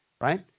right